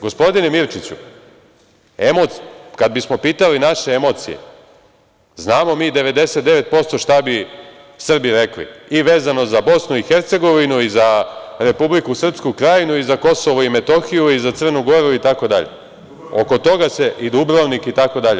Gospodine Mirčiću, emocije, kada bismo pitali naše emocije, znamo mi 99% šta bi Srbi rekli i vezano za Bosnu i Hercegovinu i za Republiku Srpsku Krajinu i za Kosovo i Metohiju i za Crnu Goru itd. (Aleksandar Šešelj: Dubrovnik.) I Dubrovnik itd.